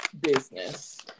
business